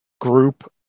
group